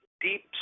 deep